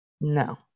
no